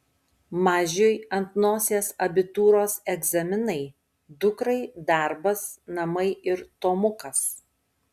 mažiui ant nosies abitūros egzaminai dukrai darbas namai ir tomukas